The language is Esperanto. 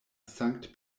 sankt